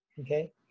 Okay